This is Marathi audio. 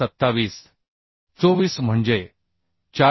24 म्हणजे 426